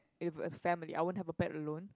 if a family I won't have a pet alone